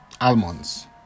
almonds